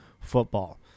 football